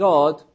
God